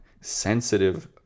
sensitive